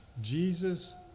Jesus